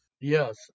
Yes